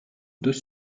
deux